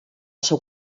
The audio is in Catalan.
seu